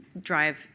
drive